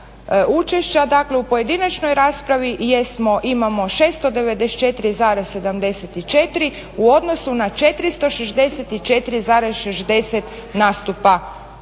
dakle u pojedinačnoj raspravi jesmo i imamo 694,74 u odnosu na 464,60 nastupa